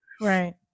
Right